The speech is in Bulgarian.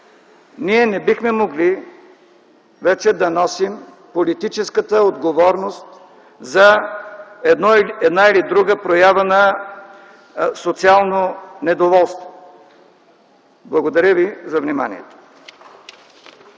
ние не бихме могли вече да носим политическата отговорност за една или друга проява на социално недоволство. Благодаря за вниманието.